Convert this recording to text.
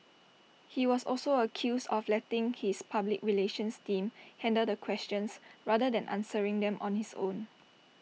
he was also accused of letting his public relations team handle the questions rather than answering them on his own